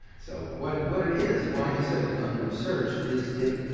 so what it what it is and why he said it was under researched is it